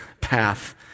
path